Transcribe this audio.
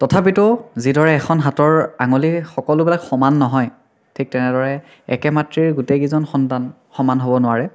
তথাপিতো যিদৰে এখন হাতৰ আঙুলি সকলোবিলাক সমান নহয় ঠিক তেনেদৰে একে মাতৃৰ গোটেইকেইজন সন্তান সমান হ'ব নোৱাৰে